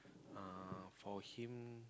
uh for him